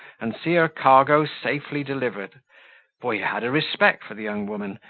and see her cargo safely delivered for he had a respect for the young woman,